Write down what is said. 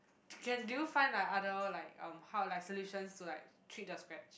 can can do you find like other like um how like solutions to like treat the scratch